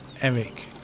Eric